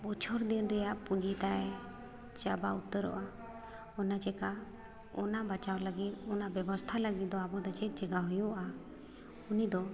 ᱵᱚᱪᱷᱚᱨ ᱫᱤᱱ ᱨᱮᱭᱟᱜ ᱯᱩᱸᱡᱤᱛᱟᱭ ᱪᱟᱵᱟ ᱩᱛᱟᱹᱨᱚᱜᱼᱟ ᱚᱱᱟ ᱪᱤᱠᱟᱹ ᱚᱱᱟ ᱵᱟᱪᱟᱣ ᱞᱟᱹᱜᱤᱫ ᱚᱱᱟ ᱵᱮᱵᱚᱥᱛᱷᱟ ᱞᱟᱹᱜᱤᱫ ᱫᱚ ᱟᱵᱚᱫᱚ ᱪᱮᱫᱪᱤᱠᱟᱹ ᱦᱩᱭᱩᱜᱼᱟ ᱩᱱᱤᱫᱚ